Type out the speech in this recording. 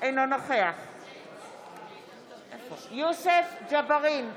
אינו נוכח יוסף ג'בארין,